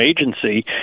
agency